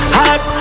hot